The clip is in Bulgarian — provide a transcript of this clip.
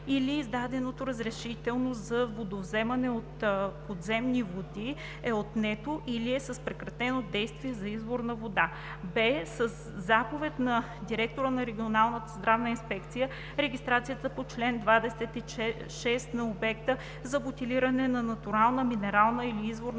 или издаденото разрешително за водовземане от подземни води е отнето, или е с прекратено действие – за изворна вода; б) със заповед на директора на регионалната здравна инспекция регистрацията по чл. 26 на обекта за бутилиране на натурална минерална или изворна вода